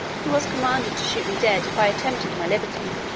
who was commanded to shoot me dead if i attempted my liberty.